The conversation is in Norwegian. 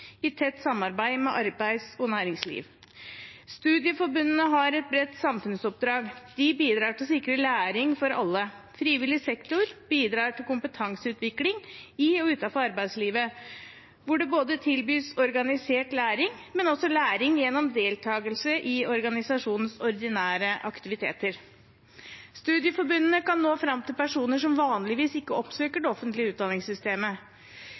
i tett samarbeid med arbeids- og næringsliv. Studieforbundene har et bredt samfunnsoppdrag. De bidrar til å sikre læring for alle. Frivillig sektor bidrar til kompetanseutvikling i og utenfor arbeidslivet, hvor det tilbys organisert læring, men også læring gjennom deltakelse i organisasjonenes ordinære aktiviteter. Studieforbundene kan nå fram til personer som vanligvis ikke oppsøker det offentlige utdanningssystemet,